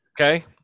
Okay